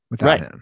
Right